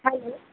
hello